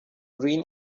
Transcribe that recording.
green